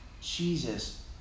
Jesus